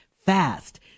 fast